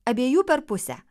abiejų per pusę